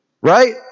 right